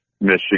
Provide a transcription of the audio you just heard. Michigan